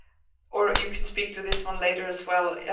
or you can speak to this one later as well,